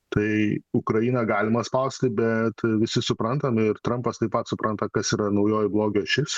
tai ukrainą galima spausti bet visi suprantam ir trampas taip pat supranta kas yra naujoji blogio ašis